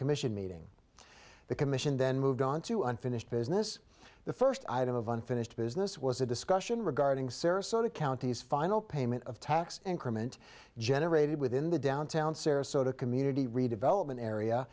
commission meeting the commission then moved on to unfinished business the first item of unfinished business was a discussion regarding sarasota county's final payment of tax and permanent generated within the downtown sarasota community redevelopment area